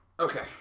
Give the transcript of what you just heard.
okay